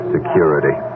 Security